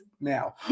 now